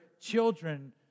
children